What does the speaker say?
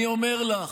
אני אומר לך: